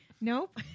Nope